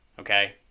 Okay